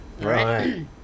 Right